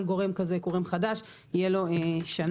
כל גורם כזה, גורם חדש, תהיה לו שנה.